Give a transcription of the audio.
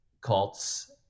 cults